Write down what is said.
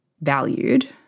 valued